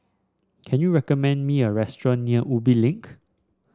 can you recommend me a restaurant near Ubi Link